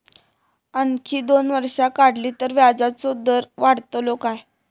आणखी दोन वर्षा वाढली तर व्याजाचो दर वाढतलो काय?